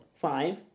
five